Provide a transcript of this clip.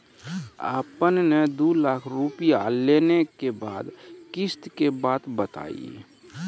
आपन ने दू लाख रुपिया लेने के बाद किस्त के बात बतायी?